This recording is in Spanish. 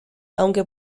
aunque